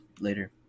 later